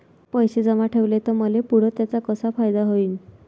पैसे जमा ठेवले त मले पुढं त्याचा कसा फायदा होईन?